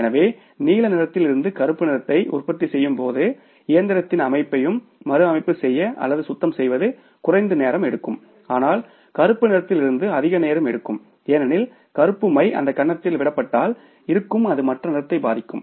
எனவே நீல நிறத்தில் இருந்து கருப்பு நிறத்தை உற்பத்தி செய்யும் போது இயந்திரத்தின் அமைப்பையும் மறு அமைப்பு செய்ய அல்லது சுத்தம் செய்வது குறைந்த நேரம் எடுக்கும் ஆனால் கருப்பு நிறத்தில் இருந்து அதிக நேரம் எடுக்கும் ஏனெனில் கருப்பு மை அந்த கிண்ணத்தில் விடப்பட்டால் இருக்கும் அது மற்ற நிறத்தை பாதிக்கும்